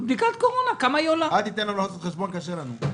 אל תיתן לנו לעשות חשבון, זה קשה לנו.